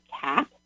cap